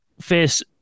face